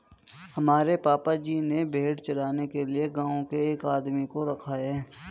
हमारे पापा जी ने भेड़ चराने के लिए गांव के एक आदमी को रखा है